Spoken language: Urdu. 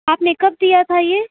آپ نے کب دیا تھا یہ